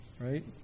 right